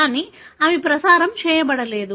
కానీ అవి ప్రసారం చేయబడలేదు